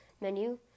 menu